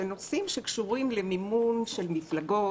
שנושאים שקשורים למימון של מפלגות,